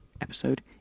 episode